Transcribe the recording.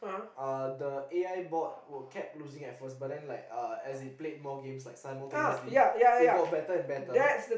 uh the A_I board will kept losing at first but then like uh as they played more games like simultaneously it got better and better